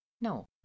no